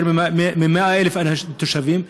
יותר מ-100,000 תושבים.